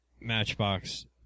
Matchbox